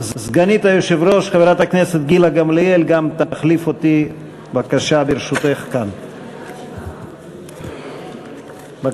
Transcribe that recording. גם הצעת החוק של זהבה גלאון וקבוצת חברי